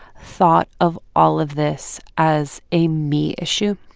thought of all of this as a me issue.